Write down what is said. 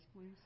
please